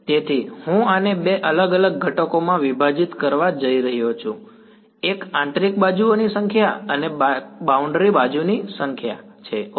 તેથી હું આને બે અલગ અલગ ઘટકોમાં વિભાજિત કરવા જઈ રહ્યો છું એક આંતરિક બાજુઓની સંખ્યા અને બાઉન્ડ્રી બાજુની સંખ્યા છે ઓકે